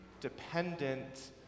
dependent